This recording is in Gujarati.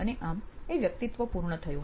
અને આમ એ વ્યક્તિત્વ પૂર્ણ થયું